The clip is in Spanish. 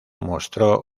mostró